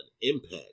impact